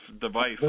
device